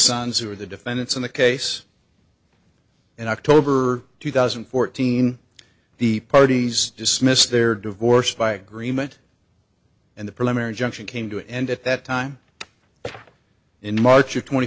sons who are the defendants in the case in october two thousand and fourteen the parties dismissed their divorce by agreement and the preliminary injunction came to end at that time in march of twenty